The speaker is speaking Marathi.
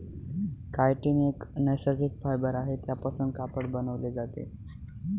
कायटीन एक नैसर्गिक फायबर आहे त्यापासून कापड बनवले जाते